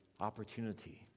opportunity